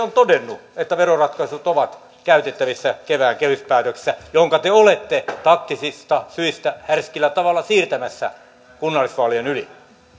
on todennut että veroratkaisut ovat käytettävissä kevään kehyspäätöksessä jonka te olette taktisista syistä härskillä tavalla siirtämässä kunnallisvaalien yli